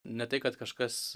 ne tai kad kažkas